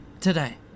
Today